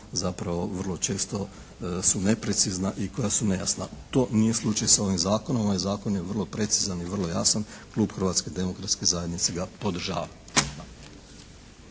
zapravo vrlo često su neprecizna i koja su nejasna. To nije slučaj sa ovim zakonom. Ovaj zakon je vrlo precizan i vrlo jasan. Klub Hrvatske demokratske zajednice ga podržava.